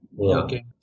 Okay